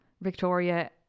Victoria